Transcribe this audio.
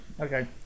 Okay